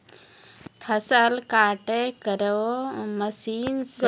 फसल काटै केरो मसीन सें फसल समय पर कटी जाय छै